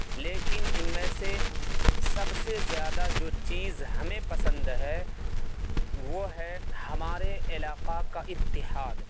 لیکن ان میں سے سب سے زیادہ جو چیز ہمیں پسند ہے وہ ہے ہمارے علاقہ کا اتحاد